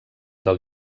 del